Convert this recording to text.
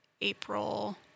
April